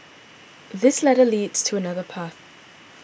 this ladder leads to another path